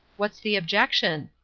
what's the objection?